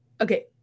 Okay